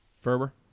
Ferber